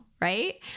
right